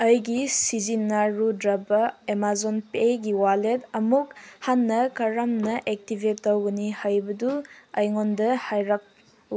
ꯑꯩꯒꯤ ꯁꯤꯖꯤꯟꯅꯔꯨꯗ꯭ꯔꯥꯕ ꯑꯦꯃꯥꯖꯣꯟ ꯄꯦꯒꯤ ꯋꯥꯜꯂꯦꯠ ꯑꯃꯨꯛ ꯍꯟꯅ ꯀꯔꯝꯅ ꯑꯦꯛꯇꯤꯕꯦꯠ ꯇꯧꯒꯅꯤ ꯍꯥꯏꯕꯗꯨ ꯑꯩꯉꯣꯟꯗ ꯍꯥꯏꯔꯛꯎ